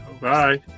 Bye